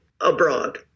abroad